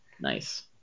Nice